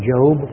Job